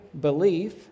belief